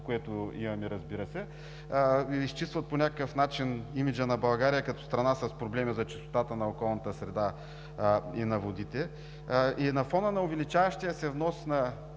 което имаме – изчистват по някакъв начин имиджа на България като страна с проблеми за чистотата на околната среда и на водите. На фона на увеличаващия се внос,